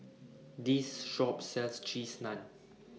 This Shop sells Cheese Naan